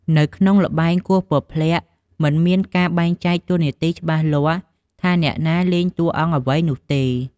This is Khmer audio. នៅក្នុងល្បែងគោះពព្លាក់ មិនមានការបែងចែកតួនាទីច្បាស់លាស់ថាអ្នកណាលេងតួអង្គអ្វីនោះទេ។